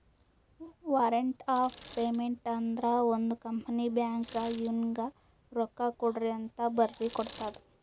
warrant of payment ಅಂದುರ್ ಒಂದ್ company ಬ್ಯಾಂಕ್ಗ್ ಇವ್ನಿಗ ರೊಕ್ಕಾಕೊಡ್ರಿಅಂತ್ ಬರ್ದಿ ಕೊಡ್ತದ್